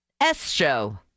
S-show